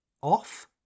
off